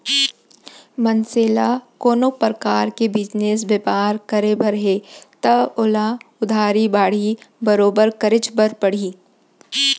मनसे ल कोनो परकार के बिजनेस बयपार करे बर हे तव ओला उधारी बाड़ही बरोबर करेच बर परही